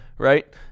Right